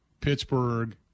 Pittsburgh